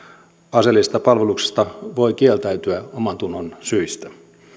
aseellisesta palveluksesta voi kieltäytyä omantunnonsyistä